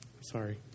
sorry